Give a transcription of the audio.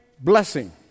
blessing